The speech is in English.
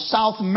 South